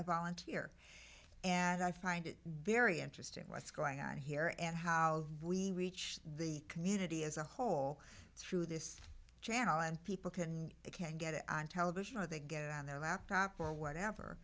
volunteer and i find it very interesting what's going on here and how we reach the community as a whole through this channel and people can they can get it on television or they get on their laptop or whatever